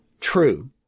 true